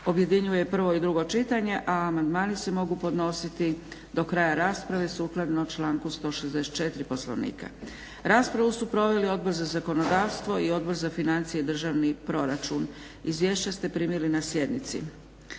objedinjuje prvo i drugo čitanje, a amandmani se mogu podnositi do kraja rasprave, sukladno članku 164. Poslovnika. Raspravu su proveli Odbor za zakonodavstvo i Odbor za financije, državni proračun. Izvješća ste primili na sjednici.